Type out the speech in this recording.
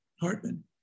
Hartman